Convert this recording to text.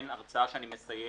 אין הרצאה שאני מסיים,